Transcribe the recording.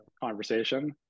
conversation